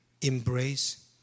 embrace